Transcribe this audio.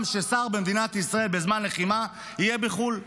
ששר במדינת ישראל בזמן לחימה יהיה בחו"ל.